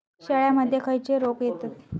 शेळ्यामध्ये खैचे रोग येतत?